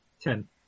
Ten